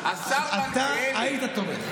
היית תומך.